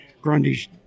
Grundy's